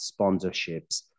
sponsorships